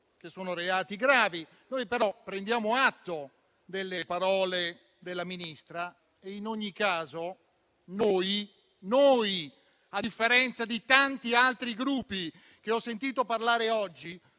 che sono reati gravi. Prendiamo atto, però, delle parole della ministra e, per noi, a differenza di tanti altri Gruppi che ho sentito parlare oggi,